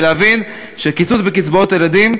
ולהבין שקיצוץ בקצבאות הילדים,